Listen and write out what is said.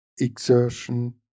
exertion